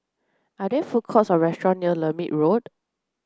are there food courts or restaurants near Lermit Road